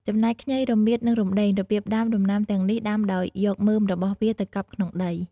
ចំណែក ខ្ញី រមៀត និងរំដេង របៀបដាំ ដំណាំទាំងនេះដាំដោយយកមើមរបស់វាទៅកប់ក្នុងដី។